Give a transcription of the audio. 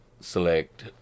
Select